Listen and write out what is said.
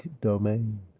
domain